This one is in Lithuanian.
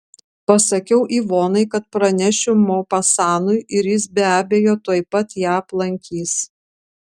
pasakiau ivonai kad pranešiu mopasanui ir jis be abejo tuoj pat ją aplankys